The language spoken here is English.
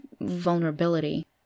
vulnerability